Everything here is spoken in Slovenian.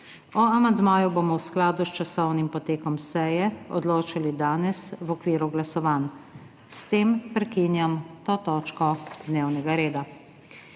O amandmaju bomo v skladu s časovnim potekom seje odločali danes, v okviru glasovanj. S tem prekinjam to točko dnevnega reda.